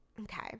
Okay